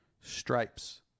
Stripes